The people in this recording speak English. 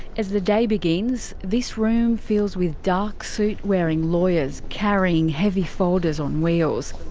as the day begins, this room fills with dark suit wearing lawyers carrying heavy folders on wheels.